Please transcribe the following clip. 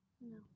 No